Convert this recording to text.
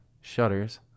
shutters